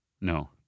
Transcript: No